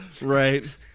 Right